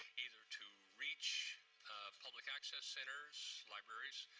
either to reach public access centers, libraries,